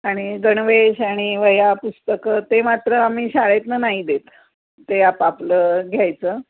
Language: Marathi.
आणि गणवेश आणि वह्या पुस्तकं ते मात्र आम्ही शाळेतनं नाही देत ते आपापलं घ्यायचं